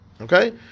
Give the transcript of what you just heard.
Okay